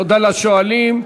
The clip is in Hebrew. תודה לשואלים.